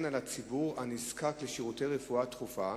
על הציבור הנזקק לשירותי רפואה דחופה.